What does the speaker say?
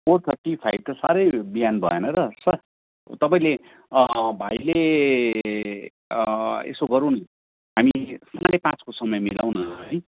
four thirty five त साह्रै बिहान भएन र सर तपाईँले भाइले यसो गरूँ न हामी साढे पाँचको समय मिलाउन है